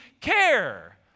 care